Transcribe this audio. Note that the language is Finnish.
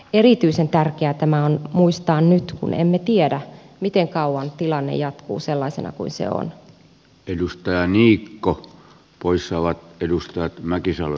erityisen tärkeää tämä on muistaa nyt kun emme tiedä miten kauan tilanne jatkuu sellaisena kuin se on edustaa niikko poissa ovat tiedustelleet mäkisalo